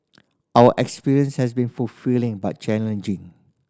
our experience has been fulfilling but challenging